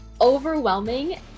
overwhelming